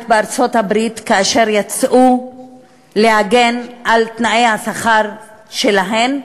בארצות-הברית אשר יצאו להגן על תנאי השכר שלהן,